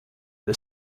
the